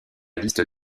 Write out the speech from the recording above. liste